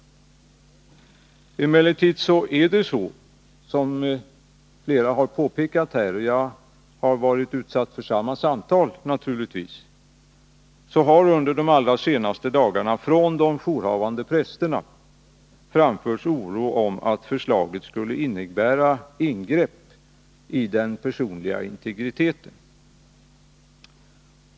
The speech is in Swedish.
Som flera talare redan har påpekat — och jag har naturligtvis varit utsatt för samma samtal — har emellertid under de allra senaste dagarna de jourhavande prästerna framfört oro för att förslaget skulle innebära ett ingrepp i den personliga integriteten.